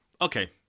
Okay